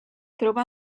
troba